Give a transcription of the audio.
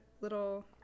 little